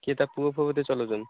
କିଏ ତା ପୁଅଫୁଅ ବୋଧେ ଚଲାଉଛନ୍ତି